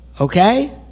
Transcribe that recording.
Okay